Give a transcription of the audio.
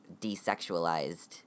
desexualized